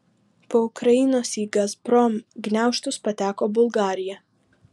po ukrainos į gazprom gniaužtus pateko bulgarija